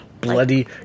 Bloody